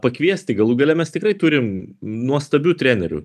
pakviesti galų gale mes tikrai turim nuostabių trenerių